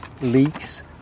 leaks